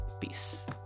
Peace